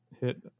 hit